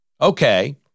Okay